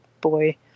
boy